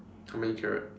how many carrot